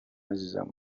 عزیزم